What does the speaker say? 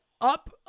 up